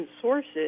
sources